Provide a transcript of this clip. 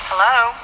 Hello